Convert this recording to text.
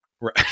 Right